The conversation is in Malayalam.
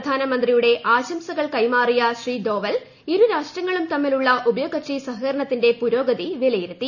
പ്രധാനമന്ത്രിയുടെ ആശംസകൾ കൈമാറിയ ശ്രീ ഡോവൽ ഇരുരാഷ്ട്രങ്ങളും തമ്മിലുള്ള ഉഭകക്ഷി സഹകരണത്തിന്റെ പുരോഗതി വിലയിരുത്തി